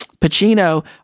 Pacino